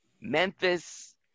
Memphis